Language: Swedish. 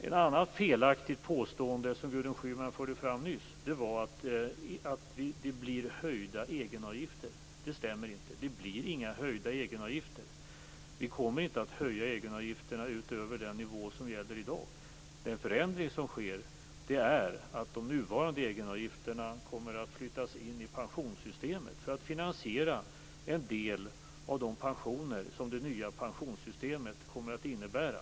Gudrun Schyman förde nyss fram ett annat felaktigt påstående, nämligen att egenavgifterna skall höjas. Det stämmer inte. Det blir inga höjda egenavgifter. Vi kommer inte att höja egenavgifterna utöver den nivå som gäller i dag. Förändringen är att de nuvarande egenavgifterna kommer att flyttas in i pensionssystemet för att finansiera en del av de pensioner som det nya pensionssystemet kommer att innebära.